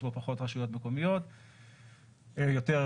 יש בו פחות רשויות מקומיות,